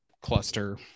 cluster